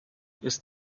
ist